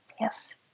Yes